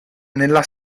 nella